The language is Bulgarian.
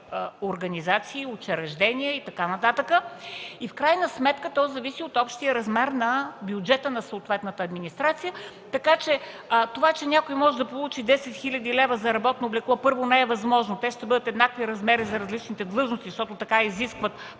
организации, учреждения и така нататък. В крайна сметка то зависи от общия размер на бюджета на съответната администрация. Това че някой може да получи 10 хил. лв. за работно облекло – първо, не е възможно, те ще бъдат еднакви размери за различните длъжности, защото така изискват